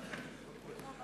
תיבדל לחיים